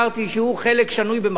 שהוא חלק שנוי במחלוקת,